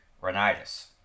rhinitis